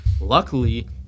Luckily